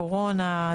קורונה,